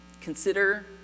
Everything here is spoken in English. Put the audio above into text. consider